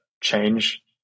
change